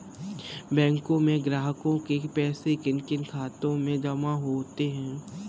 बैंकों में ग्राहकों के पैसे किन किन खातों में जमा होते हैं?